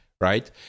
right